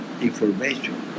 information